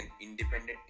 independent